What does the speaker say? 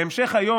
בהמשך היום,